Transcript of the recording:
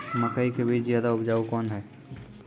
मकई के बीज ज्यादा उपजाऊ कौन है?